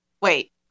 Wait